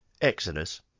Exodus